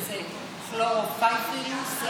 שהם כלורופיריפוס,